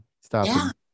stop